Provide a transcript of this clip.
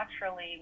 naturally